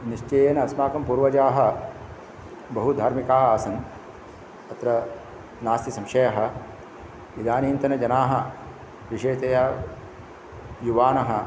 निश्चयेन अस्माकं पूर्वजाः बहु धर्मिकाः आसन् तत्र नास्ति संशयः इदानीन्तनजनाः विशेषतया युवानः